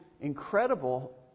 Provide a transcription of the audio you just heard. incredible